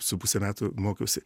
su puse metų mokiausi